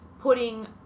putting